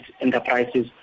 enterprises